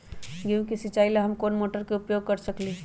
गेंहू के सिचाई ला हम कोंन मोटर के उपयोग कर सकली ह?